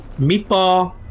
Meatball